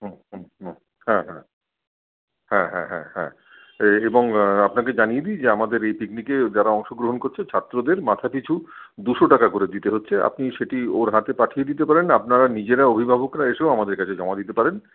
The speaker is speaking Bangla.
হুম হুম হুম হ্যাঁ হ্যাঁ হ্যাঁ হ্যাঁ হ্যাঁ হ্যাঁ এ এবং আপনাকে জানিয়ে দিই যে আমাদের এই পিকনিকে যারা অংশগ্রহণ করছে ছাত্রদের মাথা পিছু দুশো টাকা করে দিতে হচ্ছে আপনি সেটি ওর হাতে পাঠিয়ে দিতে পারেন আপনারা নিজেরা অভিভাবকরা এসেও আমাদের কাছে জমা দিতে পারেন